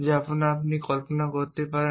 যেমন আপনি কল্পনা করতে পারেন